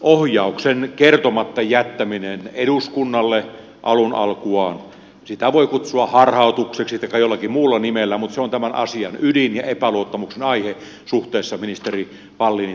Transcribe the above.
ohjauksen kertomatta jättäminen eduskunnalle alun alkuaan sitä voi kutsua harhautukseksi taikka jollakin muulla nimellä mutta se on tämän asian ydin ja epäluottamuksen aihe suhteessa ministeri wallinin toimintaan